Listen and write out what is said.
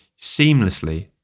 seamlessly